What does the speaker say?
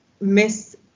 miss